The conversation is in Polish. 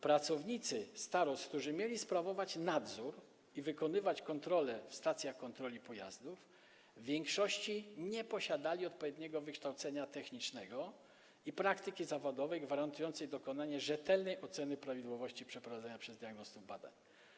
Pracownicy starostw, którzy mieli sprawować tu nadzór i wykonywać kontrole w stacjach kontroli pojazdów, w większości nie posiadali odpowiedniego wykształcenia technicznego ani praktyki zawodowej gwarantującej dokonanie rzetelnej oceny prawidłowości przeprowadzania przez diagnostów badań.